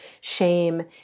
shame